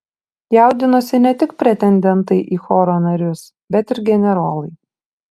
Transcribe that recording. jaudinosi ne tik pretendentai į choro narius bet ir generolai